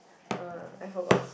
uh I forgot